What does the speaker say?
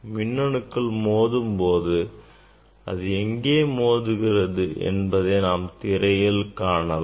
மின் அணுக்கள் மோதும் போது அது எங்கே மோதுகிறது என்பதை நாம் திரையில் காணலாம்